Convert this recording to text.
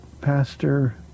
pastor